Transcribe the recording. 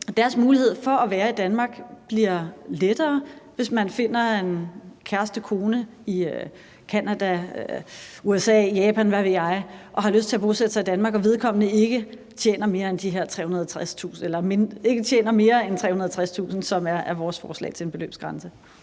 Deres mulighed for at være i Danmark bliver bedre, hvis de finder en kæreste/kone i Canada, USA, Japan – hvad ved jeg – og har lyst til at bosætte sig i Danmark, selv om vedkommende ikke tjener mere end de her 360.000 kr., som er vores forslag til en beløbsgrænse.